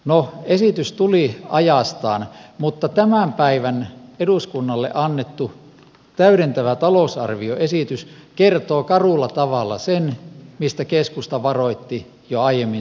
no esitys tuli ajastaan mutta tämän päivän eduskunnalle annettu täydentävä talousarvioesitys kertoo karulla tavalla sen mistä keskusta varoitti jo aiemmin syksyllä